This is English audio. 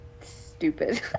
stupid